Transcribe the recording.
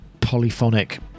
polyphonic